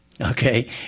okay